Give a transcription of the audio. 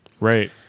Right